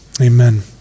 amen